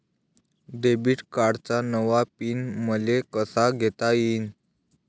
Debit कार्डचा नवा PIN मले कसा घेता येईन?